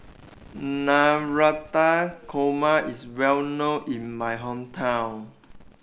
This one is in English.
Navratan Korma is well known in my hometown